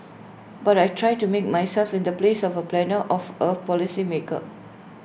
but I try to make myself in the place of A planner of A policy maker